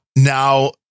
Now